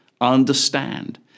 understand